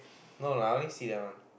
no lah I only see that one